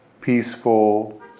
peaceful